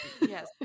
Yes